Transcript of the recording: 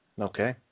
Okay